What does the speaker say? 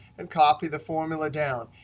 and copy the formula down.